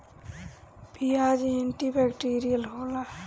पियाज antibacterial होला